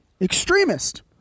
Extremist